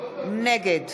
נגד